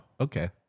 Okay